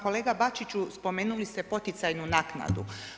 Kolega Bačiću, spomenuli ste poticajnu naknadu.